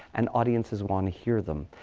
and audiences want to hear them.